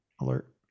alert